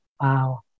Wow